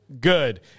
good